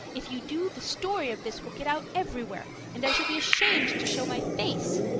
if you do the story of this will get out everywhere and i shall be ashamed to show my face.